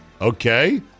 Okay